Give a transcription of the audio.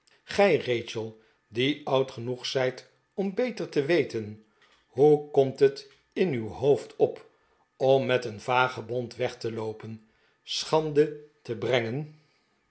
gij rachel die oud genoeg zijt om beter te weten hoe komt het in uw hoofd op om met een vagebond weg te loopen schande te brengen